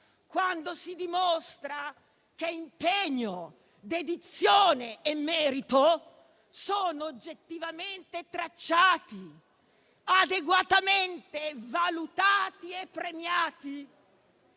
quando si dimostra che impegno, dedizione e merito sono oggettivamente tracciati, adeguatamente valutati e premiati